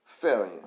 failure